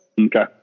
Okay